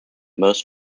most